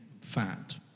fat